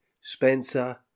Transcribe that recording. Spencer